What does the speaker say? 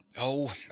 Oh